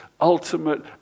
ultimate